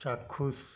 চাক্ষুষ